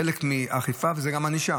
חלק מאכיפה זה גם ענישה,